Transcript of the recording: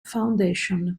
foundation